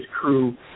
crew